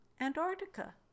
Antarctica